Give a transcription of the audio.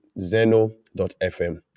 zeno.fm